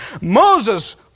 Moses